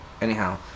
Anyhow